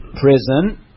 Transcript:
prison